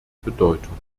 bedeutung